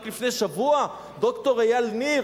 רק לפני שבוע, ד"ר אייל ניר,